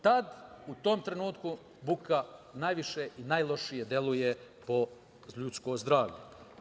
Tada, u tom trenutku buka najviše i najlošije deluje po ljudsko zdravlje.